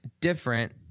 different